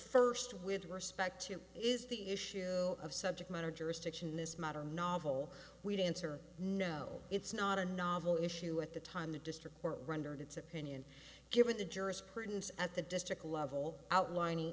first with respect to is the issue of subject matter jurisdiction in this matter novel we'd answer no it's not a novel issue at the time the district court rendered its opinion given the jurisprudence at the district level outlining